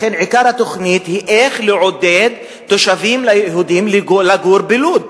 לכן עיקר התוכנית היא איך לעודד תושבים יהודים לגור בלוד,